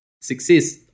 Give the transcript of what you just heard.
Success